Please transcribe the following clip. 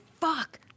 fuck